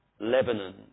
Lebanon